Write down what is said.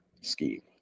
scheme